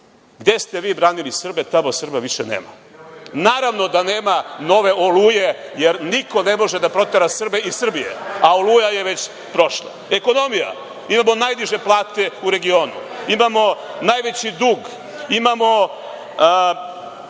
Gde ste vi branili Srbe, tamo Srba više nema. Naravno da nema nove „Oluje“, jer niko ne može da protera Srbe iz Srbije, a „Oluja“ je već prošla. Ekonomija, imamo najniže plate u regionu. Imamo najveći dug, imamo